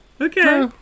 Okay